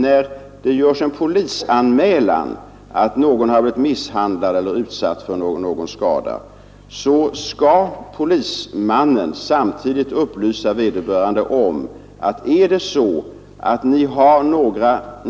När det görs en polisanmälan om att någon har blivit misshandlad eller utsatt för någon skada skall således polismannen samtidigt meddela vederbörande att om